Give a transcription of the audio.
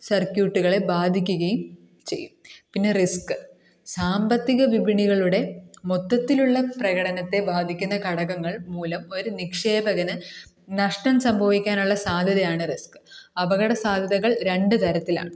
സർക്യൂട്ട്കളെ ബാധിക്കുകയും ചെയ്യും പിന്നെ റിസ്ക് സാമ്പത്തിക വിപണികളുടെ മൊത്തത്തിലുള്ള പ്രകടനത്തെ ബാധിക്കുന്ന ഘടകങ്ങൾ മൂലം ഒരു നിക്ഷേപകന് നഷ്ടം സംഭവിക്കാനുള്ള സാധ്യതയാണ് റിസ്ക് അപകട സാധ്യതകൾ രണ്ട് തരത്തിലാണ്